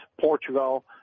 Portugal